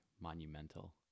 monumental